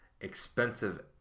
Expensive